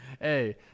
Hey